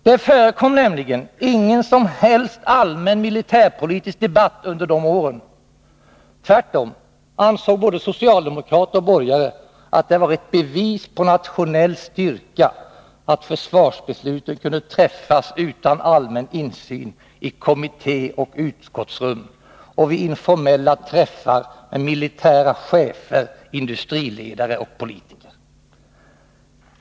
Det förekom nämligen ingen som helst allmän militärpolitisk debatt under de åren. Tvärtom ansåg både socialdemokrater och borgare att det var ett bevis på nationell styrka att försvarsbesluten kunde träffas utan allmän insyn i kommitté och utskottsrum och vid informella träffar med militära chefer, industriledare och politiker.